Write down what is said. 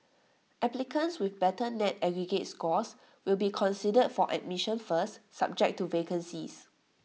applicants with better net aggregate scores will be considered for admission first subject to vacancies